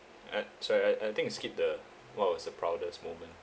and so I I think I skip the what was the proudest moment